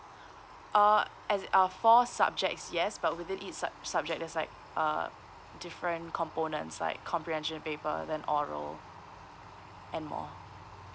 uh as uh four subjects yes but within each sub~ subject there's like uh different components like comprehension paper then oral and more